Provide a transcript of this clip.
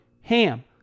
HAM